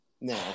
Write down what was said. now